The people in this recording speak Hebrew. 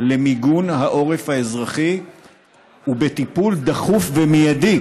למיגון העורף האזרחי ולטיפול דחוף ומיידי